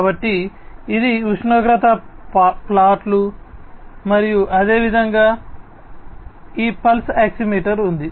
కాబట్టి ఇది ఉష్ణోగ్రత ప్లాట్లు మరియు అదేవిధంగా ఈ పల్స్ ఆక్సిమీటర్ ఉంది